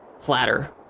platter